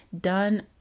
done